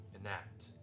enact